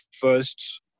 first